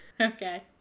okay